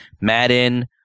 madden